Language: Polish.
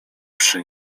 przy